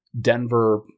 denver